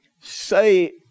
say